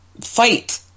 fight